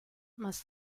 más